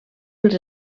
els